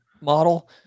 model